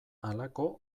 halako